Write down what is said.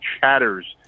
chatters